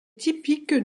typique